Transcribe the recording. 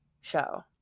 show